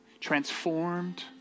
transformed